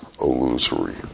illusory